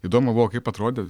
įdomu buvo kaip atrodė